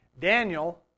Daniel